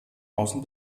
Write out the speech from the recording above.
außen